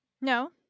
No